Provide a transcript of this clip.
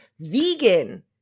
vegan